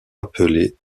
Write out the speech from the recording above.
appelés